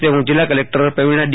તેવું જિલ્લા collector Pravina D